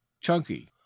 Chunky